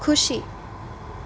ખુશી